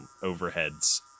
overheads